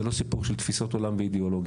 זה לא סיפור של תפיסות עולם ואידיאולוגיה,